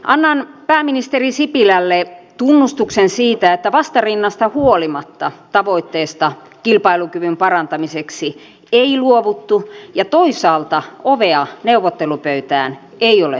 annan pääministeri sipilälle tunnustuksen siitä että vastarinnasta huolimatta tavoitteesta kilpailukyvyn parantamiseksi ei luovuttu ja toisaalta ovea neuvottelupöytään ei ole suljettu